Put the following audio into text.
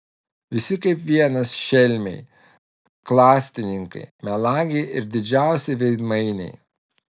visi kaip vienas šelmiai klastininkai melagiai ir didžiausi veidmainiai